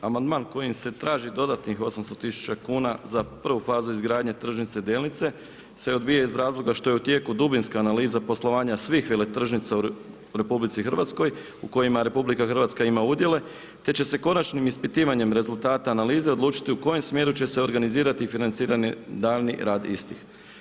Amandman kojim se traži dodatnih 800 000 za prvu fazu izgradnje tržnice Delnice se odbijaju iz razloga što je u tijeku dubinska analiza poslovanja svih veletržnica u RH u kojima RH ima udjele te će se konačnim ispitivanjem rezultata analize odlučiti u kojem smjeru će se organizirati financiranje daljnji rad isti.